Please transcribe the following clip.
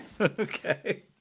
Okay